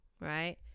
Right